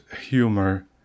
humor